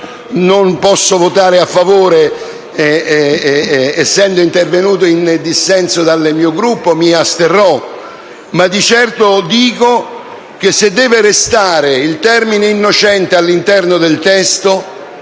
Non posso votare a favore essendo intervenuto in dissenso dal mio Gruppo e quindi mi asterrò. Ma di certo dico che, se deve restare il termine «innocente» all'interno del testo,